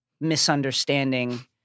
misunderstanding